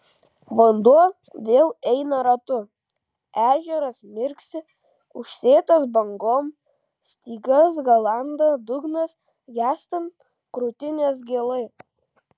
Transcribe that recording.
vanduo vėl eina ratu ežeras mirksi užsėtas bangom stygas galanda dugnas gęstant krūtinės gėlai